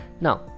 now